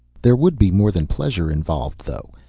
there would be more than pleasure involved, though.